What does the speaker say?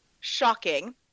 shocking